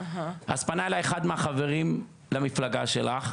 אז פנה אליי אחד מהחברים למפלגה שלך,